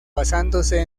basándose